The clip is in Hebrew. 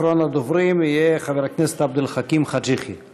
אחרון הדוברים יהיה חבר הכנסת עבד אל חכים חאג' יחיא.